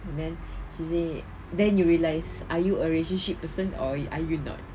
and then she say then you realise are you a relationship person or are you not